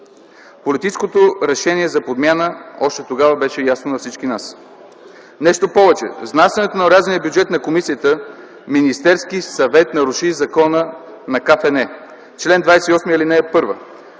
Политическото решение за подмяна още тогава беше ясно на всички нас. Нещо повече, с внасянето на орязания бюджет на комисията, Министерският съвет наруши закона на Комисията за финансов